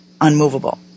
unmovable